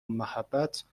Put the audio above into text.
محبت